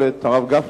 אדוני